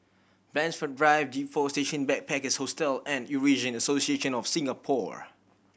Blandford Drive G Four Station Backpackers Hostel and Eurasian Association of Singapore